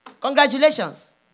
Congratulations